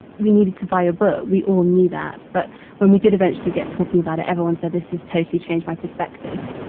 we needed to buy your book. we all knew that but when we did eventually get talking about it everyone said this is totally changed my perspective.